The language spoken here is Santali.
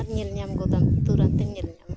ᱟᱨ ᱧᱮᱞ ᱧᱟᱢ ᱜᱚᱫᱟᱢ ᱛᱩᱨᱟᱹᱱᱛ ᱮᱢ ᱧᱮᱞ ᱧᱟᱢᱟ